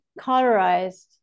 cauterized